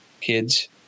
kids